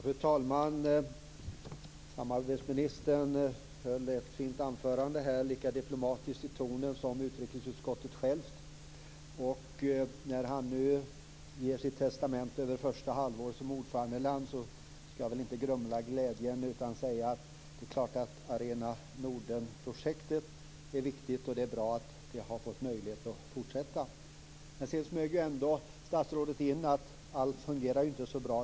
Fru talman! Samarbetsministern höll ett fint anförande här som var lika diplomatiskt i tonen som utrikesutskottets självt. När han nu ger sitt vittnesbörd över första halvåret som ordförandeland skall jag väl inte grumla glädjen. Det är självklart att Arena Norden-projektet är viktigt. Det är bra att det har fått fortsätta. Sedan smög statsrådet ändå in att allt inte fungerar så bra.